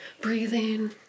breathing